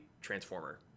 transformer